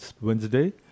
Wednesday